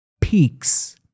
peaks